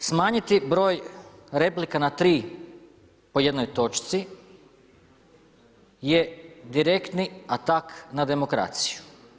Dakle, smanjiti broj replika na tri po jednoj točci je direktni atak na demokraciju.